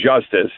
justice